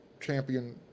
champion